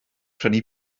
prynu